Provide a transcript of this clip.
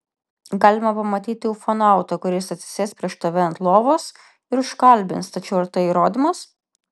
galima pamatyti ufonautą kuris atsisės prieš tave ant lovos ir užkalbins tačiau ar tai įrodymas